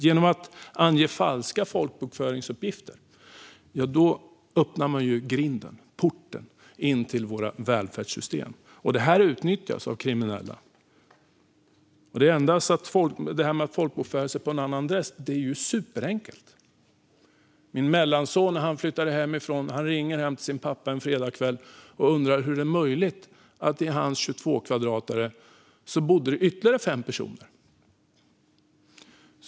Genom att ange falska folkbokföringsuppgifter kan man öppna en port in till våra välfärdssystem, något som utnyttjas av kriminella. Att folkbokföra sig på en annan adress är superenkelt. När min mellanson flyttade hemifrån ringde han hem en fredagskväll och undrade hur det var möjligt att det bodde ytterligare fem personer i hans lägenhet på 22 kvadratmeter.